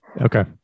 Okay